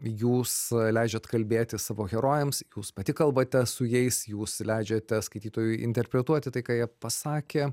jūs leidžiat kalbėti savo herojams jūs pati kalbate su jais jūs leidžiate skaitytojui interpretuoti tai ką jie pasakė